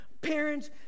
Parents